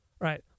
right